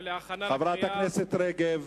חברת הכנסת רגב.